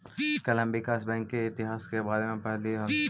कल हम विकास बैंक के इतिहास के बारे में पढ़लियई हल